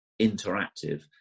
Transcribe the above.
interactive